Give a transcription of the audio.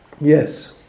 Yes